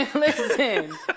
Listen